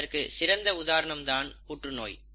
அதற்கு சிறந்த உதாரணம் தான் புற்றுநோய்